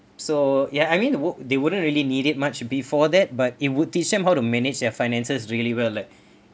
so ya I mean they would they wouldn't really need it much before that but it would teach them how to manage their finances really well like